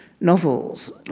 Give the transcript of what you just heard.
novels